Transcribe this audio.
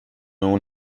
اون